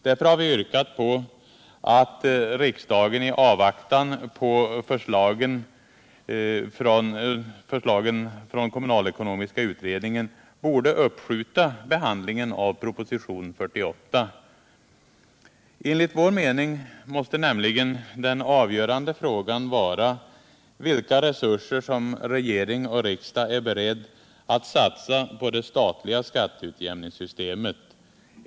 Därför har vi yrkat att riksdagen i avvaktan på förslagen från kommunalekonomiska uttredningen uppskjuter behandlingen av proposition 48. Enligt vår mening måste nämligen den avgörande frågan vara vilka resurser som regering och riksdag är beredda att satsa på det statliga skatteutjämningssystemet.